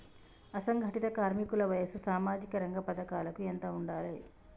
అసంఘటిత కార్మికుల వయసు సామాజిక రంగ పథకాలకు ఎంత ఉండాలే?